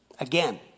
Again